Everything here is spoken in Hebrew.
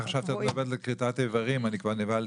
חשבתי שאת מדברת על כריתת איברים, כבר נבהלתי.